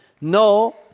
no